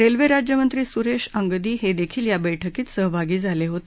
railway राज्यमंत्री सुरेश अंगदी हे देखील या बैठकीत सहभागी झाले होते